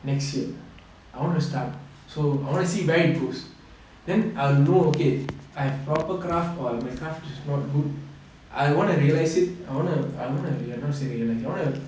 next year I want to start so I want to see where it goes then I'll know okay I have proper craft or my craft is not good I want to realise it I want to I want to not say realise I want to